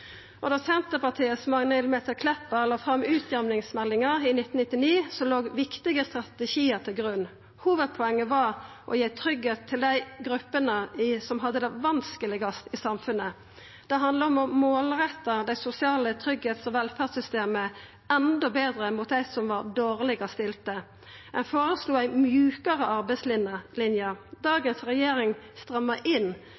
det. Da Senterpartiets Magnhild Meltveit Kleppa la fram utjamningsmeldinga i 1999, låg det viktige strategiar til grunn. Hovudpoenget var å gi tryggleik til dei gruppene som hadde det vanskelegast i samfunnet. Det handla om å målretta det sosiale tryggleiks- og velferdssystemet enda betre mot dei som var dårlegast stilte. Ein føreslo ei mjukare arbeidslinje. Dagens regjering strammar inn